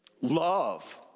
love